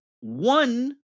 one